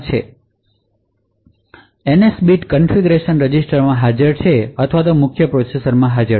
હવે NS bit configuration register માં હાજર છે અથવા મુખ્ય પ્રોસેસરમાં હાજર છે